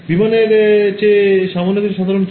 বিমানের চেয়ে সামান্য কিছুটা সাধারণ কি